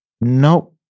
Nope